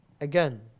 again